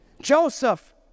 Joseph